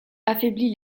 affaiblit